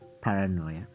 paranoia